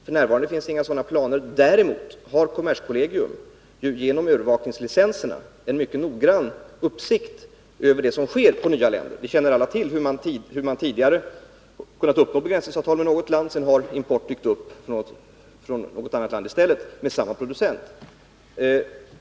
F. n. finns inga sådana planer. Däremot har kommerskollegium genom övervakningslicenserna en mycket noggrann uppsikt över det som sker i nya länder. Vi känner alla till hur man tidigare kunnat uppnå begränsningsavtal med något land, och sedan har det i stället dykt upp importvaror från något annat land med samma producent.